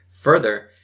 Further